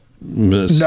no